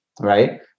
right